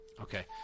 Okay